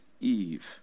Eve